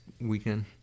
weekend